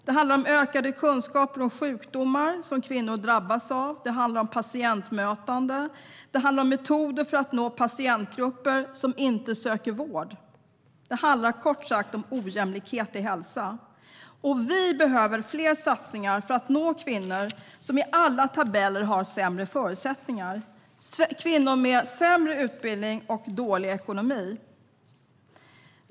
Det handlar om ökade kunskaper om sjukdomar som kvinnor drabbas av, patientbemötande samt metoder för att nå patientgrupper som inte söker vård. Det handlar kort sagt om ojämlikhet i hälsa. Vi behöver fler satsningar för att nå de kvinnor som enligt alla tabeller har sämre förutsättningar: kvinnor med sämre utbildning och dålig ekonomi.